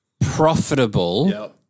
profitable